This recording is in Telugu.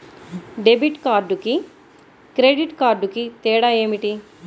డెబిట్ కార్డుకి క్రెడిట్ కార్డుకి తేడా?